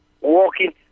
walking